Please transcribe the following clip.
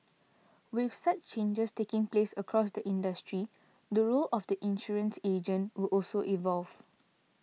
with such changes taking place across the industry the role of the insurance agent will also evolve